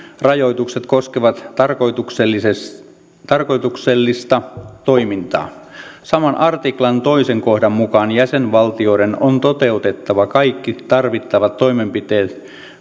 rajoitukset koskevat tarkoituksellista tarkoituksellista toimintaa saman artiklan toisen kohdan mukaan jäsenvaltioiden on toteutettava kaikki tarvittavat toimenpiteet